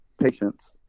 patients